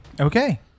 Okay